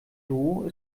duo